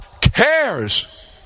cares